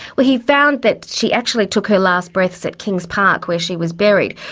well, he found that she actually took her last breaths at kings park where she was buried,